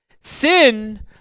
sin